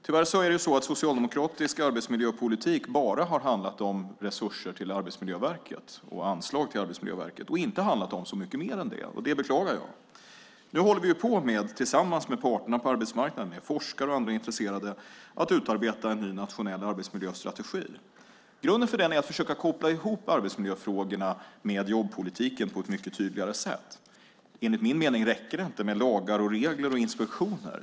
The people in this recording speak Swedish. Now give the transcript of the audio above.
Tyvärr har socialdemokratisk arbetsmiljöpolitik bara handlat om resurser till Arbetsmiljöverket och anslag till Arbetsmiljöverket och inte om så mycket mer än det. Det beklagar jag. Nu håller vi tillsammans med parterna på arbetsmarknaden, forskare och andra intresserade på att utarbeta en ny nationell arbetsmiljöstrategi. Grunden för den är att försöka koppla ihop arbetsmiljöfrågorna med jobbpolitiken på ett mycket tydligare sätt. Enligt min mening räcker det inte med lagar, regler och inspektioner.